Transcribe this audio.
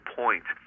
point